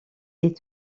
est